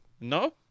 No